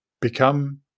become